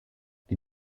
die